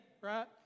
right